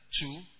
two